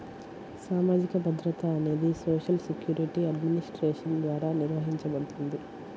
సామాజిక భద్రత అనేది సోషల్ సెక్యూరిటీ అడ్మినిస్ట్రేషన్ ద్వారా నిర్వహించబడుతుంది